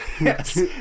Yes